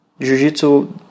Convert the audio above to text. Jiu-Jitsu